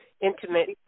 intimate